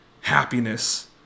happiness